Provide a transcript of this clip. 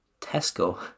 Tesco